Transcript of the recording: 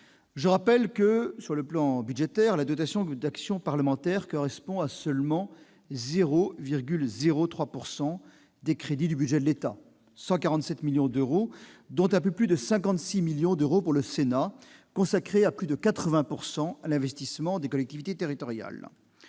je rappelle que la dotation d'action parlementaire correspond à seulement 0,03 % des crédits du budget de l'État, soit 147 millions d'euros, dont un peu plus de 56 millions d'euros pour le Sénat, consacrés à plus de 80 % à l'investissement des collectivités territoriales.